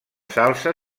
salsa